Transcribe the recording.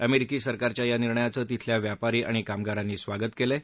अमेरिकी सरकारच्या या निर्णयाचं तिथल्या व्यापारी आणि कामगारांनी स्वागत केलं आहे